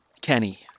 Kenny